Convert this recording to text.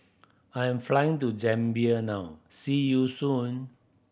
I'm flying to Zambia now see you soon